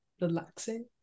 relaxing